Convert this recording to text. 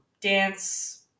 dance